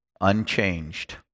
unchanged